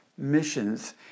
Missions